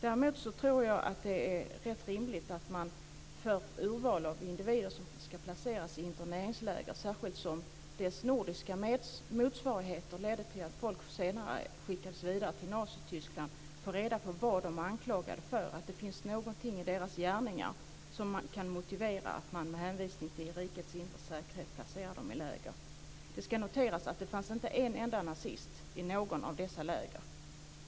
Däremot tror jag att det är rätt rimligt att man när det gäller det urval av individer som placerades i interneringsläger - särskilt som deras nordiska motsvarigheter ledde till att människor senare skickades vidare till Nazityskland - får reda på vad de är anklagade för, att det finns någonting i deras gärningar som kan motivera att man med hänvisning till rikets inre säkerhet placerar dem i läger. Det ska noteras att det inte fanns en enda nazist i något av dessa läger.